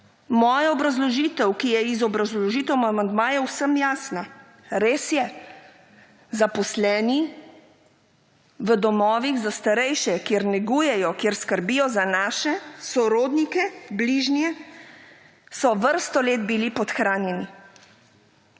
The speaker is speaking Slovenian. moja obrazložitev, ki je iz obrazložitev amandmajev, vsem jasna. Res je, zaposleni v domovih za starejše, kjer negujejo, kjer skrbijo za naše sorodnike, bližnje, so vrsto let bili podhranjeni.